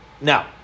Now